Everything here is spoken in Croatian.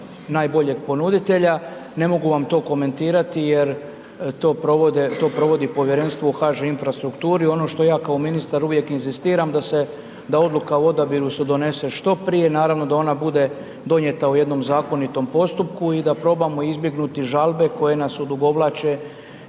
najboljeg ponuditelja. Ne mogu vam to komentirati jer to provodi povjerenstvo u HŽ Infrastrukturi. I ono što ja kao ministar uvijek inzistiram da odluka o odabiru se donese što prije, naravno da ona bude donijeta u jednom zakonitom postupku i da probamo izbjegnuti žalbe koje nas odugovlače